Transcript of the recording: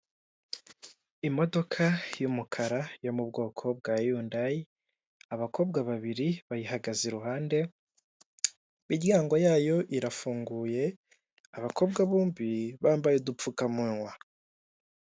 Imodoka y'umukara yo mu bwoko bwa yundayi, abakobwa babiri bayihagaze iruhande imiryango yayo irafunguye. Abakobwa bombi bambaye udupfukamunwa.